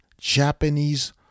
Japanese